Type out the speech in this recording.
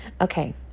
Okay